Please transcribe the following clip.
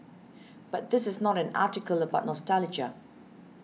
but this is not an article about nostalgia